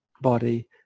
body